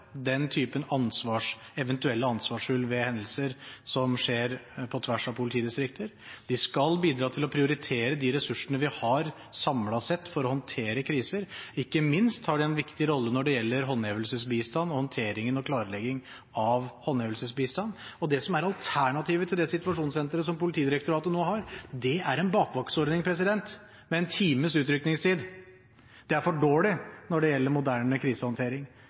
den typen eventuelle ansvarshull ved hendelser som skjer på tvers av politidistrikter, de skal bidra til å prioritere de ressursene vi har samlet sett for å håndtere kriser, ikke minst har de en viktig rolle når det gjelder håndhevelsesbistand og håndtering og klarering av håndhevelsesbistand. Det som er alternativet til det situasjonssenteret som Politidirektoratet nå har, er en bakvaktsordning med én times utrykningstid. Det er for dårlig når det gjelder moderne krisehåndtering.